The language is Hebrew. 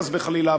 חס וחלילה,